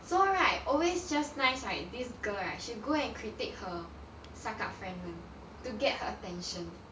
so right always just nice right this girl right she go and critique her suck up friend [one] to get her attention